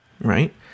right